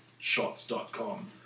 shots.com